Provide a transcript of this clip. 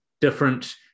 Different